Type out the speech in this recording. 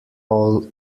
all